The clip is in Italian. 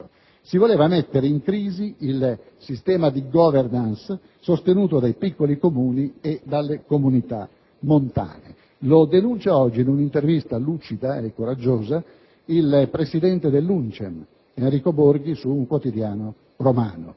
Si voleva mettere in crisi il sistema di *governance* sostenuto dai piccoli Comuni e dalle comunità montane. Lo denuncia oggi, in un'intervista lucida e coraggiosa, il presidente dell'UNCEM, Enrico Borghi, su un quotidiano romano: